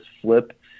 flip